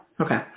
Okay